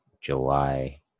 July